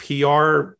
PR